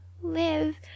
live